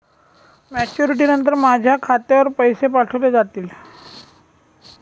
Maturity नंतर माझ्या खात्यावर पैसे पाठविले जातील?